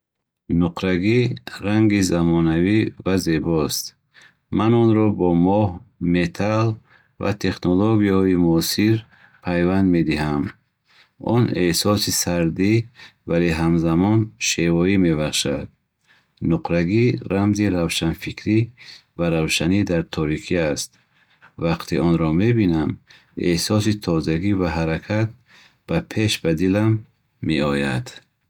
Нуқрагӣ ранги замонавӣ ва зебост. Ман онро бо моҳ, металл ва технологияҳои муосир пайванд медиҳам. Он эҳсоси сардӣ, вале ҳамзамон шевоӣ мебахшад. Нуқрагӣ рамзи равшанфикрӣ ва равшанӣ дар торикӣ аст. Вақте онро мебинам, эҳсоси тозагӣ ва ҳаракат ба пеш ба дилам меояд.